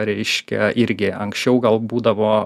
reiškia irgi anksčiau gal būdavo